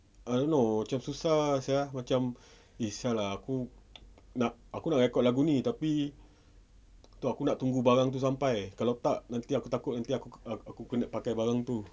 I don't know macam susah sia macam eh [sial] lah aku aku nak record lagu ni tapi tu aku nak tunggu barang tu sampai kalau tak nanti aku takut nanti aku aku kena pakai barang tu